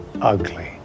ugly